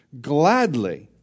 gladly